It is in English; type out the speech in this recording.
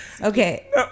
Okay